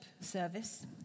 service